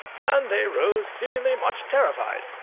and they rose seemingly much terrified.